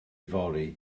fory